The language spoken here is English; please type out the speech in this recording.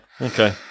Okay